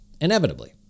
Inevitably